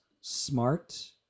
smart